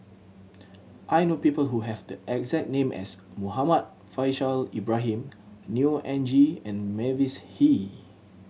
I know people who have the exact name as Muhammad Faishal Ibrahim Neo Anngee and Mavis Hee